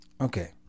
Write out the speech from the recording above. Okay